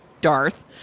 Darth